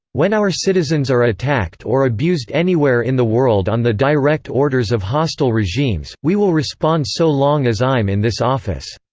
when our citizens are attacked or abused anywhere in the world on the direct orders of hostile regimes, we will respond so long as i'm in this office.